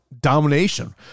Domination